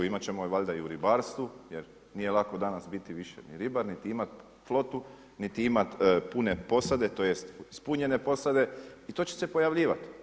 Imat ćemo valjda i u ribarstvu, jer nije lako danas biti više ni ribar niti imat flotu niti imat pune posade, tj. ispunjene posade i to će se pojavljivat.